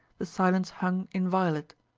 the silence hung inviolate,